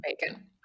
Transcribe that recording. bacon